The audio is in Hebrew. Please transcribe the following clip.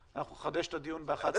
בשעה